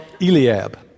Eliab